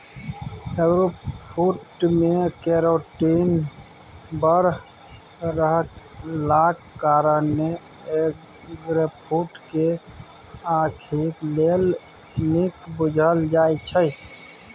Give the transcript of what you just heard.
eggfruit मे carotene बड़ रहलाक कारणेँ एगफ्रुट केँ आंखि लेल नीक बुझल जाइ छै